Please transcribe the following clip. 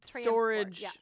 Storage